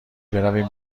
برویم